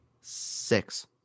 Six